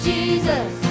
Jesus